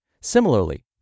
Similarly